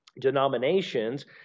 Denominations